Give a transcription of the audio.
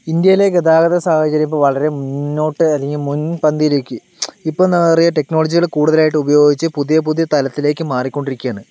ഇന്ത്യയിലെ ഗതാഗത സാഹചര്യം ഇപ്പോൾ വളരെ മുന്നോട്ട് അല്ലെങ്കിൽ മുൻപന്തിയിലേക്ക് ഇപ്പോൾ എന്താണ് പറയുക ടെക്നോളജികൾ കൂടുതലായിട്ട് ഉപയോഗിച്ച് പുതിയ പുതിയ തലത്തിലേയ്ക്ക് മാറിക്കൊണ്ടിരിക്കുകയാണ്